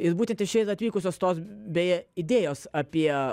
ir būtent iš čia yra atvykusios tos beje idėjos apie